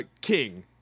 king